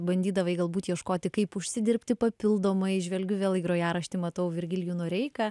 bandydavai galbūt ieškoti kaip užsidirbti papildomai įžvelgiu vėl į grojaraštį matau virgilijų noreiką